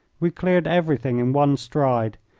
we cleared everything in one stride.